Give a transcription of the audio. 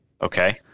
Okay